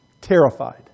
Terrified